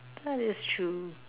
that is true